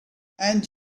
and